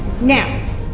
Now